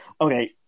okay